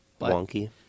wonky